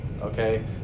okay